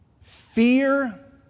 fear